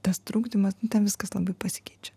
tas trukdymas nu ten viskas labai pasikeičia